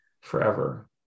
forever